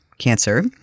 cancer